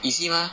easy mah